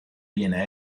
viene